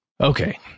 Okay